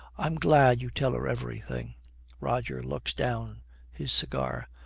i'm glad you tell her everything roger looks down his cigar.